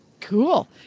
Cool